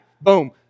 Boom